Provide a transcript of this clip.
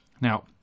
Now